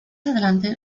adelante